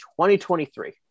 2023